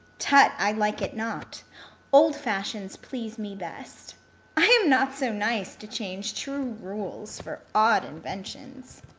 tut, i like it not old fashions please me best i am not so nice, to change true rules for odd inventions.